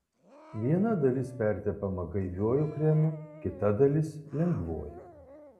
viena dalis pertepama gaiviuoju kremu kita dalis lengvuoju